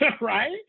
right